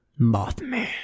Mothman